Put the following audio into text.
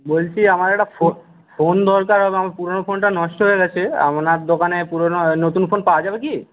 বলছি আমার একটা ফো ফোন দরকার আমার পুরনো ফোনটা নষ্ট হয়ে গেছে আপনার দোকানে পুরনো নতুন ফোন পাওয়া যাবে কি